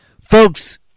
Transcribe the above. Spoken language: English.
Folks